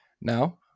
now